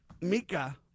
Mika